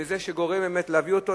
זה שגורם להביא אותו,